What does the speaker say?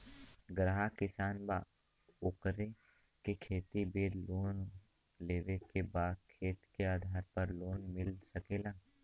ग्राहक किसान बा ओकरा के खेती बदे लोन लेवे के बा खेत के आधार पर लोन मिल सके ला?